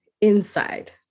inside